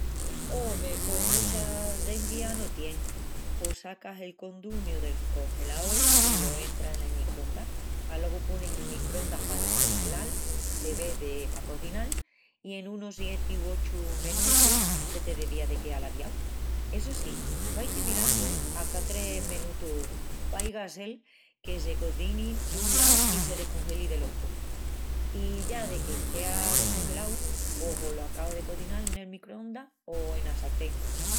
Ome, pos mucha cencia no tien. Pos sacas el condumiu del encongelaol i lo entras en el microndas. Alogu ponis el microndas pa descongelal de ves de pa cozinal i en unus sieti u ochu menutus se te devía de queal aviau. Essu sí, vai-ti mirandu a ca tres menutus vaiga a sel que se cozini dun lau i se descongeli del otru. I ya deque estea descongelau, pos o lo acabas de cozinal nel microndas o ena sartén.